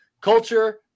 culture